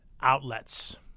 outlets